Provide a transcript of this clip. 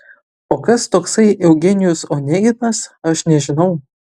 o kas toksai eugenijus oneginas aš nežinau